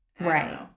right